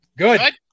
good